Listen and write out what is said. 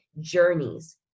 journeys